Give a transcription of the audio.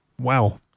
Wow